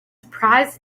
surprised